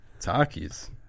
Takis